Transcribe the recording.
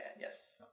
yes